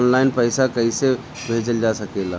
आन line पईसा कईसे भेजल जा सेकला?